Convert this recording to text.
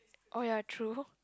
oh ya true